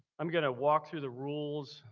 i'm gonna walk through the rules,